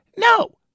No